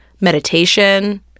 Meditation